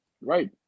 right